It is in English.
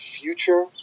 future